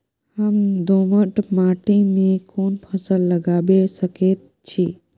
हम दोमट माटी में कोन फसल लगाबै सकेत छी?